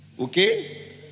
Okay